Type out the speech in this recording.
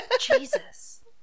Jesus